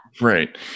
Right